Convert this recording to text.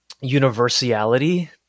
universality